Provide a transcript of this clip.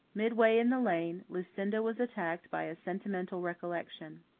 midway in the lane lucinda was attacked by a sentimental recollection.